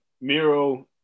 miro